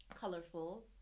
colorful